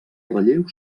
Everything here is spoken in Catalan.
relleu